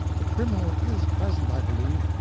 the criminal is present, i believe.